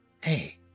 Hey